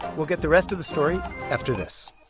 we'll get the rest of the story after this